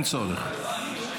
אין צורך.